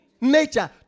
nature